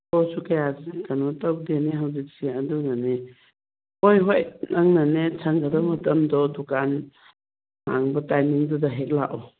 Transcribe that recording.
ꯄꯣꯠꯁꯨ ꯀꯌꯥ ꯀꯩꯅꯣ ꯇꯧꯗꯦꯅꯦ ꯍꯧꯖꯤꯛꯁꯤ ꯑꯗꯨꯅꯅꯤ ꯍꯣꯏ ꯍꯣꯏ ꯅꯪꯅꯅꯦ ꯁꯪꯒꯗꯧ ꯃꯇꯝꯗꯣ ꯗꯨꯀꯥꯟ ꯍꯥꯡꯕ ꯇꯥꯏꯃꯤꯡꯗꯨꯗ ꯍꯦꯛ ꯂꯥꯛꯎ